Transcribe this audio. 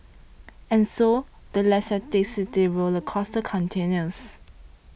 and so the Leicester City roller coaster continues